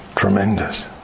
Tremendous